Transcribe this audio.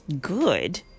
good